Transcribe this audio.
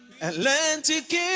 Atlantic